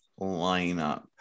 lineup